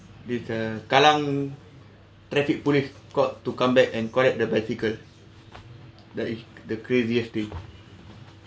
it's the kallang traffic police got to come back and collect the bicycle that is the craziest thing